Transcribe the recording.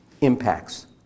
impacts